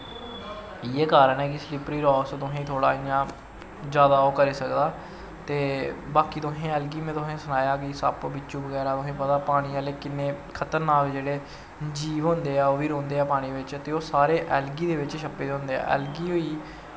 इयै कारण ऐ कि स्लिपरी रॉक तुसें इयां जादा ओह् करी सकदा ते बाकी तुसे ऐलगी में तुसें सनाया सप्प बिच्चूं तुसें पता पानी आह्ले किन्ने खतरनाक जेह्ड़े जीब होंदे ऐ ओह् बी रौंह्दे ऐ पानी बिच्च ते ओह् सारे ऐलगी दे बिच्च छप्पे दे होंदे ऐ ऐलगी होई